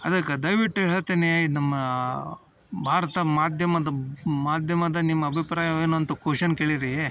ಅದಕ್ಕೆ ದಯವಿಟ್ಟು ಹೇಳ್ತೀನಿ ಇದು ನಮ್ಮ ಭಾರತ ಮಾಧ್ಯಮದ ಮಾಧ್ಯಮದ ನಿಮ್ಮ ಅಭಿಪ್ರಾಯವೇನು ಅಂತ ಕೊಷನ್ ಕೇಳಿರಿ